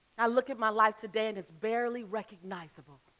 i look at my life today and it's barely recognizable,